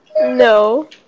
No